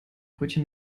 brötchen